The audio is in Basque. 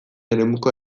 eremuko